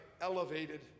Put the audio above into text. elevated